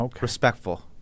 respectful